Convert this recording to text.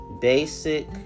basic